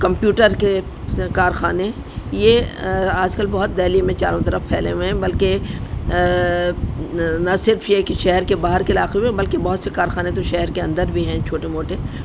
computer کے کارخانے یہ آج کل بہت دہلی میں چاروں طرف پھیلے ہوئے ہیں بلکہ نہ صرف یہ کہ شہر کے باہر کے علاقوں میں بلکہ بہت سے کارخانے تو شہر کے اندر بھی ہیں چھوٹے موٹے